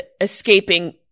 escaping